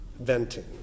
venting